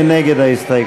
מי נגד ההסתייגות?